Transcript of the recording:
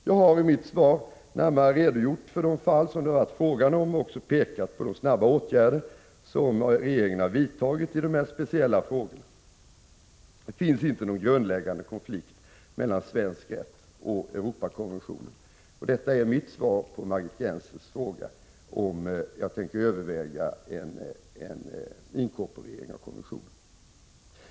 Jag har i mitt svar närmare redogjort för de fall som det varit fråga om, och jag har också pekat på de snabba åtgärder som regeringen vidtagit när det gäller dessa speciella frågor. Det finns inte någon grundläggande konflikt mellan svensk rätt och Europakonventionen. Detta är mitt svar på Margit Gennsers fråga om huruvida jag tänker överväga en inkorporering av konventionen.